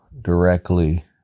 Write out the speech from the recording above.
directly